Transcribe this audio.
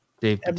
Dave